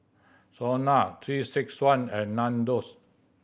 SONA Three Six One and Nandos